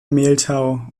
mehltau